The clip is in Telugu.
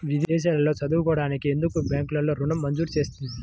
విదేశాల్లో చదువుకోవడానికి ఎందుకు బ్యాంక్లలో ఋణం మంజూరు చేస్తుంది?